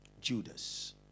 Judas